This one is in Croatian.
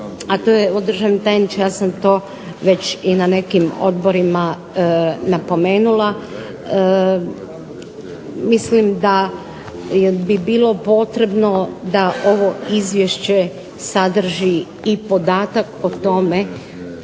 napomenuti, a to je ... to i na nekim odborima napomenula, mislim da bi bilo potrebno da ovo izvješće sadrži i podatak o tome,